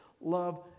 love